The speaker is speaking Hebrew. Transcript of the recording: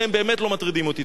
שהם באמת לא מטרידים אותי.